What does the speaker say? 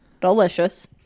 delicious